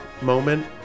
moment